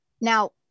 Now